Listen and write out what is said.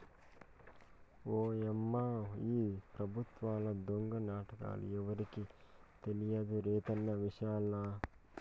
ఓయమ్మా ఈ పెబుత్వాల దొంగ నాటకాలు ఎవరికి తెలియదు రైతన్న విషయంల